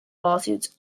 lawsuits